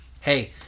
hey